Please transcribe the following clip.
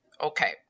Okay